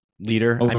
leader